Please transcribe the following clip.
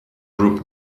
group